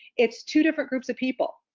it's two different groups of people.